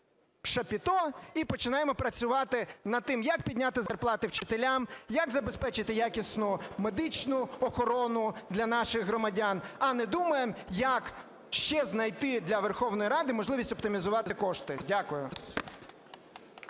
і починаємо працювати над тим, як підняти зарплати вчителям, як забезпечити якісну медичну охорону для наших громадян, а не думаємо, як ще знайти для Верховної Ради можливість оптимізувати кошти. Дякую.